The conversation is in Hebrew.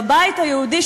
בבית היהודי,